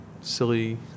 silly